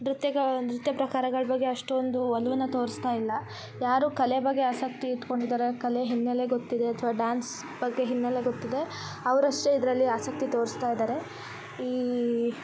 ನೃತ್ಯಗಳನ್ಮ ನೃತ್ಯ ಪ್ರಕಾರಗಳ ಬಗ್ಗೆ ಅಷ್ಟೊಂದು ಒಲವನ್ನ ತೋರಿಸ್ತಾ ಇಲ್ಲ ಯಾರು ಕಲೆ ಬಗ್ಗೆ ಆಸಕ್ತಿ ಇಟ್ಕೊಂಡಿದ್ದಾರೆ ಕಲೆ ಹಿನ್ನೆಲೆ ಗೊತ್ತಿದೆ ಅಥವಾ ಡ್ಯಾನ್ಸ್ ಬಗ್ಗೆ ಹಿನ್ನೆಲೆ ಗೊತ್ತಿದೆ ಅವರಷ್ಟೇ ಇದರಲ್ಲಿ ಆಸಕ್ತಿ ತೋರಿಸ್ತಾ ಇದ್ದಾರೆ ಈ